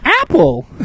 apple